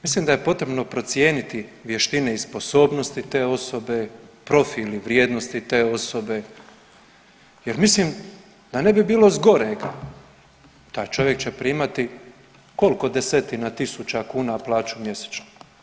Mislim da je potrebno procijeniti vještine i sposobnosti te osobe, profil ili vrijednosti te osobe, jer mislim da ne bi bilo zgorega taj čovjek će primati koliko desetina tisuća kuna plaću mjesečno?